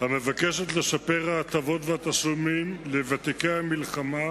המבקשת לשפר את ההטבות והתשלומים לוותיק המלחמה